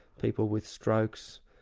people with strokes,